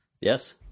Yes